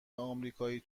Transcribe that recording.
امریکایی